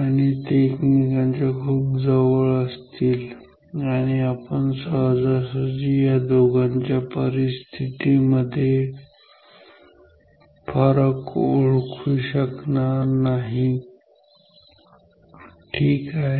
आणि ते एकमेकांच्या खूप जवळ असतील आणि आपण सहजासहजी या दोघांच्या स्थितीमध्ये फरक ओळखू शकणार नाही ठीक आहे